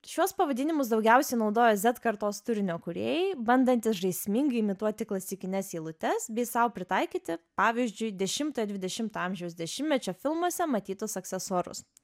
šiuos pavadinimus daugiausiai naudoja zed kartos turinio kūrėjai bandantys žaismingai imituoti klasikines eilutes bei sau pritaikyti pavyzdžiui dešimto dvidešimo amžiaus dešimtmečio filmuose matytus aksesuarus